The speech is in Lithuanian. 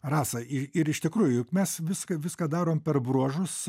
rasa ir iš tikrųjų juk mes viską viską darom per bruožus